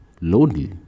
lonely